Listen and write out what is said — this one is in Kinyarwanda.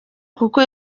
kuko